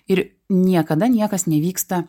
ir niekada niekas nevyksta